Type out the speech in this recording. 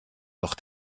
doch